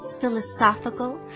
philosophical